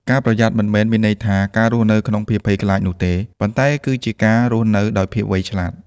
ការប្រយ័ត្នមិនមែនមានន័យថាការរស់នៅក្នុងភាពភ័យខ្លាចនោះទេ ប៉ុន្តែគឺជាការរស់នៅដោយភាពវៃឆ្លាត។